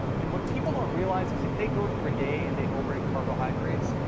and what people don't realize is if they go through a day, and they overate carbohydrates,